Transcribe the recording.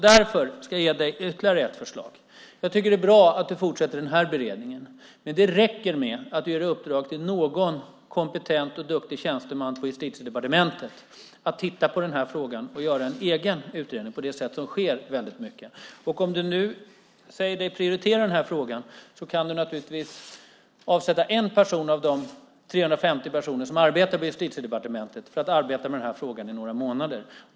Därför ska jag ge dig ytterligare ett förslag. Jag tycker att det är bra att du fortsätter den här beredningen. Men det räcker med att du ger i uppdrag till någon kompetent och duktig tjänsteman på Justitiedepartementet att titta närmare på den här frågan och göra en egen utredning på det sätt som sker väldigt ofta. Om du nu säger dig prioritera den här frågan kan du naturligtvis avsätta en person av de 350 personer som arbetar på Justitiedepartementet för att arbeta med den här frågan några månader.